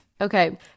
Okay